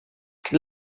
can